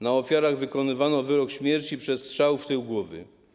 Na ofiarach wykonywano wyrok śmierci przez strzał w tył głowy.